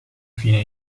fine